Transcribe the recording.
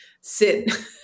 sit